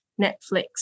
Netflix